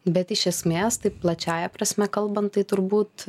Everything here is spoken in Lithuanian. bet iš esmės tai plačiąja prasme kalbant tai turbūt